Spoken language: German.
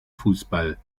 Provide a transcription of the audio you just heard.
fußball